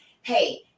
hey